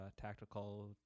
tactical